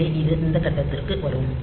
எனவே இது இந்த கட்டத்திற்கு வரும்